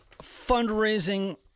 fundraising